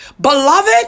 beloved